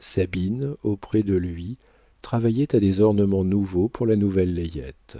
sabine auprès de lui travaillait à des ornements nouveaux pour la nouvelle layette